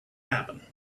happen